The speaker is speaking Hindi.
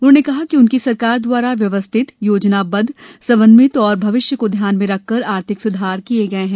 उन्होंने कहा कि उनकी सरकार द्वारा व्यवस्थित योजनाबद्द समन्वित और भविष्य को ध्यान में रखकर आर्थिक सुधार किये गये हैं